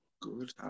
Good